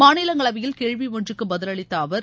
மாநிலங்களவையில் கேள்வி ஒன்றுக்கு பதிலளித்த அவர்